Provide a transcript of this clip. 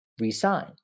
resign